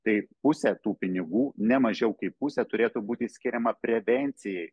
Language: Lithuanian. tai pusė tų pinigų ne mažiau kaip pusė turėtų būti skiriama prevencijai